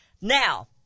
Now